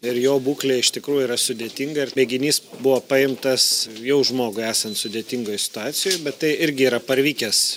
ir jo būklė iš tikrųjų yra sudėtinga ir mėginys buvo paimtas jau žmogui esant sudėtingoj situacijoj bet tai irgi yra parvykęs